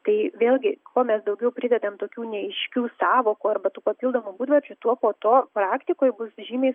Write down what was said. tai vėlgi kuo mes daugiau pridedam tokių neaiškių sąvokų arba tų papildomų būdvardžių tuo po to praktikoj bus žymiai